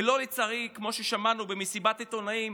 ולא כמו ששמענו, לצערי, במסיבת עיתונאים